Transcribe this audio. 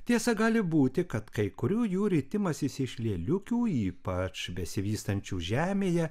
tiesa gali būti kad kai kurių jų ritimasis iš lėliukių ypač besivystančių žemėje